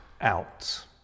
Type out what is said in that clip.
out